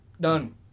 done